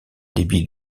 débit